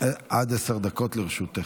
עד עשר דקות לרשותך.